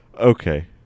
Okay